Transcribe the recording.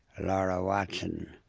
laura watson,